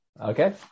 Okay